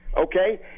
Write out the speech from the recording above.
okay